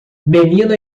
menina